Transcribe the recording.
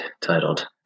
titled